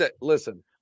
listen